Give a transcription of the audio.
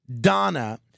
Donna